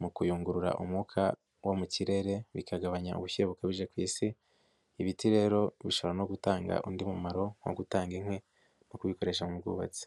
mu kuyungurura umwuka wo mu kirere, bikagabanya ubushyuhe bukabije ku isi, ibiti rero bishobora no gutanga undi mumaro nko gutanga inkwi no kuyikoresha mu bwubatsi.